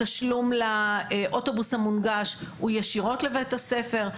התשלום לאוטובוס המונגש הוא ישירות לבית הספר,